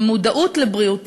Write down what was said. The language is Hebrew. מודעות לבריאות.